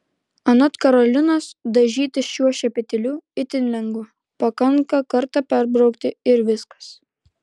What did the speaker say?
anot karolinos dažytis šiuo šepetėliu itin lengva pakanka kartą perbraukti ir viskas